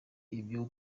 ivyo